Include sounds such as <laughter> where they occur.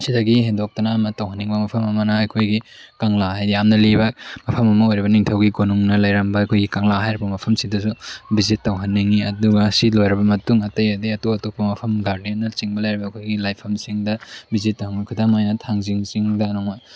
ꯁꯤꯗꯒꯤ ꯍꯦꯟꯗꯣꯛꯇꯅ ꯇꯧꯍꯟꯅꯤꯡꯕ ꯃꯐꯝ ꯑꯃꯅ ꯑꯩꯈꯣꯏꯒꯤ ꯀꯪꯂꯥ ꯍꯥꯏꯗꯤ ꯌꯥꯝꯅ ꯂꯤꯕ ꯃꯐꯝ ꯑꯃ ꯑꯣꯏꯔꯤꯕ ꯅꯤꯡꯊꯧꯒꯤ ꯀꯣꯅꯨꯡꯅ ꯂꯩꯔꯝꯕ ꯑꯩꯈꯣꯏꯒꯤ ꯀꯪꯂꯥ ꯍꯥꯏꯔꯤꯕ ꯃꯐꯝ ꯁꯤꯗꯁꯨ ꯚꯤꯖꯤꯠ ꯇꯧꯍꯟꯅꯤꯡꯉꯤ ꯑꯗꯨꯒ ꯁꯤ ꯂꯣꯏꯔꯕ ꯃꯇꯨꯡ ꯑꯇꯩ ꯑꯇꯩ ꯑꯇꯣꯞ ꯑꯇꯣꯞꯄ ꯃꯐꯝ ꯒꯥꯔꯗꯦꯟꯅ ꯆꯤꯡꯕ ꯂꯩꯔꯒ ꯑꯩꯈꯣꯏꯒꯤ ꯂꯥꯏꯐꯝꯁꯤꯡꯗ ꯚꯤꯖꯤꯠ <unintelligible> ꯈꯨꯗꯝ ꯑꯣꯏꯅ ꯊꯥꯡꯖꯤꯡ ꯆꯤꯡꯗ ꯅꯣꯡꯃ